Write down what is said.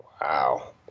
Wow